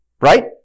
Right